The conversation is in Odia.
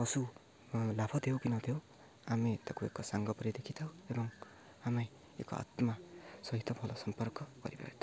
ପଶୁ ଲାଭ ଦେଉ କି ନ ଦେଉ ଆମେ ତାକୁ ଏକ ସାଙ୍ଗ ପରି ଦେଖିଥାଉ ଏବଂ ଆମେ ଏକ ଆତ୍ମା ସହିତ ଭଲ ସମ୍ପର୍କ କରିପାରିଥାଉ